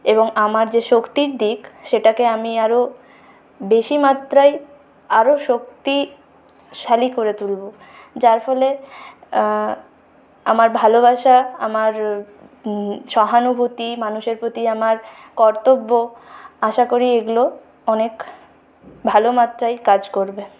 এবং আমার যে শক্তির দিক সেটাকে আমি আরো বেশি মাত্রায় আরও শক্তিশালী করে তুলবো যার ফলে আমার ভালোবাসা আমার সহানুভূতি মানুষের প্রতি আমার কর্তব্য আশা করি এগুলো অনেক ভালো মাত্রায় কাজ করবে